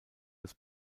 des